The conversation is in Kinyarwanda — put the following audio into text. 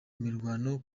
mirwano